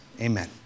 Amen